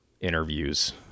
interviews